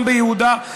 גם ביהודה,